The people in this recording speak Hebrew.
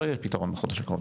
לא יהיה פתרון בחודש הקרוב.